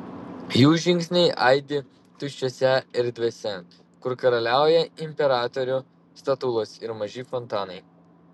jų žingsniai aidi tuščiose erdvėse kur karaliauja imperatorių statulos ir maži fontanai